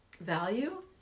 value